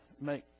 make